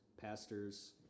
pastors